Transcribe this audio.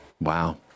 Wow